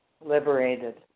liberated